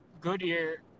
Goodyear